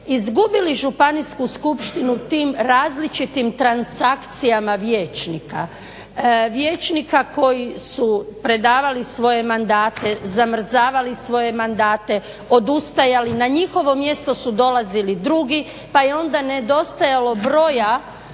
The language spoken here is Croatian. izgubili županijsku skupštinu tim različitim transakcijama vijećnika, vijećnika koji su predavali svoje mandate, zamrzavali svoje mandate, odustajali. Na njihovo mjesto su dolazili drugi, pa je onda nedostajalo broja